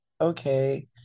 okay